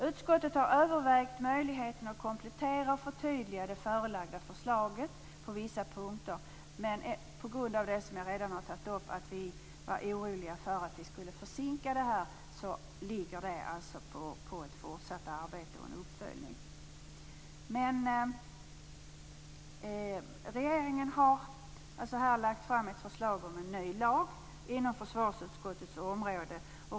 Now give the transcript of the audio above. Utskottet har övervägt möjligheten att komplettera och förtydliga det framlagda lagförslaget på vissa punkter, men på grund av att vi, som jag nämnt, var oroliga för att i så fall försinka behandlingen föreslås i stället ett fortsatt uppföljningsarbete. Regeringen har här alltså lagt fram ett förslag om en ny lag inom försvarsutskottets område.